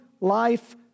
life